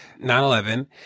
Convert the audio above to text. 9-11